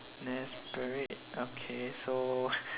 yes parade okay so